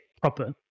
proper